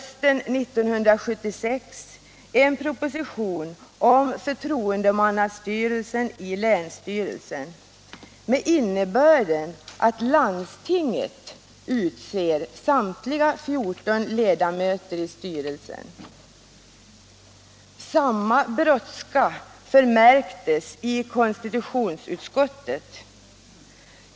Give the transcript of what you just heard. Samma brådska förmärktes i konstitutionsutskottet.